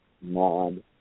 mod